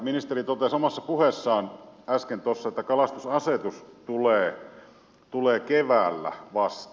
ministeri totesi omassa puheessaan äsken tuossa että kalastusasetus tulee keväällä vasta